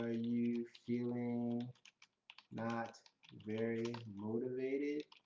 ah you feeling not very motivated